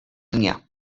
dnia